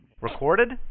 Recorded